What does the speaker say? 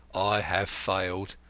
i have failed.